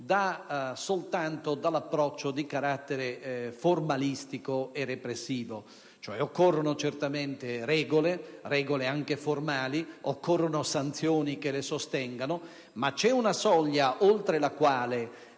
soltanto di carattere formalistico e repressivo. Occorrono certamente regole, anche formali, occorrono sanzioni che le sostengano, ma c'è una soglia oltre la quale